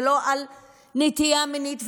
ולא על נטייה מינית,